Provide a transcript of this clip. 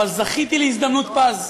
אבל זכיתי להזדמנות פז,